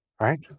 right